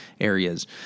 areas